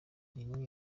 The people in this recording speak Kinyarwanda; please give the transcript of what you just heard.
n’imwe